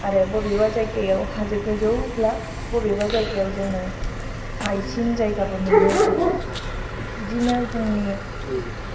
आरो बबेबा जायगायाव हाजो गोजौब्ला बबेबा जायगायाव जोङो हायसिन जायगाबो मोननो हायो बिदिनो जोंनि